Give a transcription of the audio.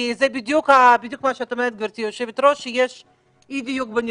יש אי דיוק בנתונים.